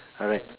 alright